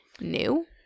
new